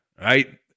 right